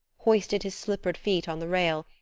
hoisted his slippered feet on the rail,